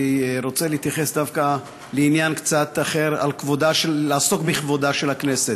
אני רוצה להתייחס דווקא לעניין קצת אחר ולעסוק בכבודה של הכנסת.